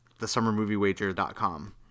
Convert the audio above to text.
thesummermoviewager.com